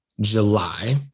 July